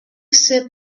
sip